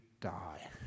die